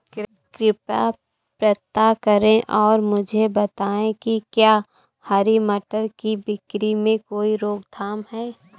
कृपया पता करें और मुझे बताएं कि क्या हरी मटर की बिक्री में कोई रोकथाम है?